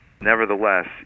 nevertheless